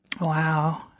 Wow